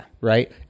right